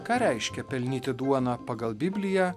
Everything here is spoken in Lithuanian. ką reiškia pelnyti duoną pagal bibliją